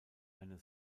eine